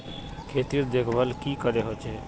खेतीर देखभल की करे होचे?